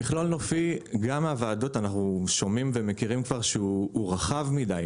מכלול נופי גם בוועדות אנחנו שומעים ומכירים כבר את זה שהוא רחב מדי.